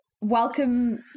welcome